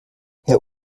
herr